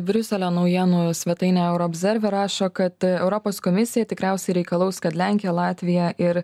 briuselio naujienų svetainė europzerve rašo kad europos komisija tikriausiai reikalaus kad lenkija latvija ir